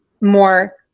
more